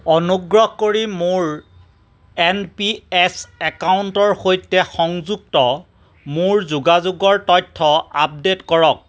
অনুগ্ৰহ কৰি মোৰ এন পি এছ একাউণ্টৰ সৈতে সংযুক্ত মোৰ যোগাযোগৰ তথ্য আপডেট কৰক